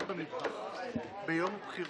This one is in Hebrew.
מערכות הבריאות האחרונות,